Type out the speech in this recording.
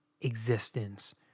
existence